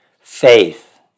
Faith